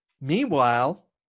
Meanwhile